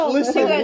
listen